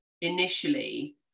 initially